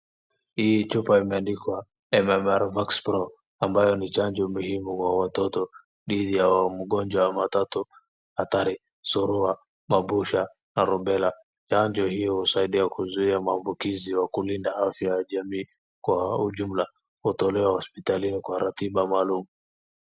Hii chupa imeandikwa MMR Vax pro ambayo ni chanjo muhimu kwa watoto dhidi ya mgonjwa matatu hatari surua, mabusha na rubela. Chanjo hiyo husaidia kuzuia maambukizi na kulinda afya ya jamii kwa ujumla. Hutolewa hospitalini kwa ratiba maalum.